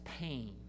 pain